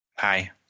hi